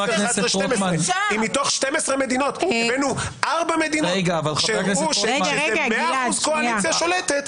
אם מתוך 12 מדינות הבאנו 4 מדינות שהראו שזאת 100% קואליציה ששולטת,